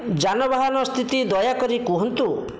ଯାନବାହାନ ସ୍ଥିତି ଦୟାକରି କୁହନ୍ତୁ